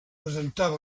presentava